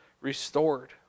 restored